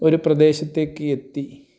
ഒരു പ്രദേശത്തേക്ക് എത്തി